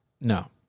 No